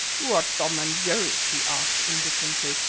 who are tom and jerry? he asked, indifferently.